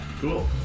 Cool